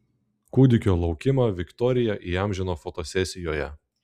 kūdikio laukimą viktorija įamžino fotosesijoje